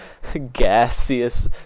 gaseous